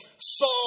Saul